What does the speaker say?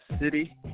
city